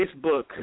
Facebook